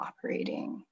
operating